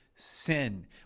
sin